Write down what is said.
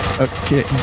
Okay